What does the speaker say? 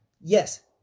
yes